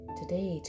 today